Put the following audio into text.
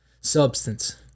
substance